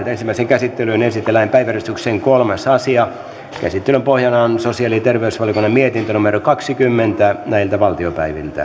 ensimmäiseen käsittelyyn esitellään päiväjärjestyksen kolmas asia käsittelyn pohjana on sosiaali ja terveysvaliokunnan mietintö kaksikymmentä